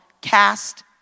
cast